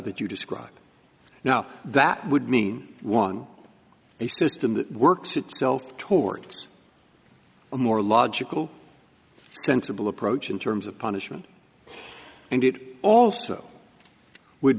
that you describe now that would mean one a system that works itself towards a more logical sensible approach in terms of punishment and it also would